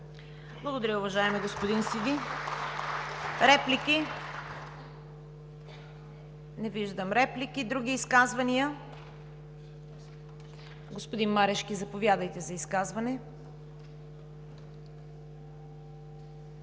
Благодаря, уважаеми господин Сиди. Реплики? Не виждам. Други изказвания? Господин Марешки, заповядайте за изказване.